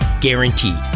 Guaranteed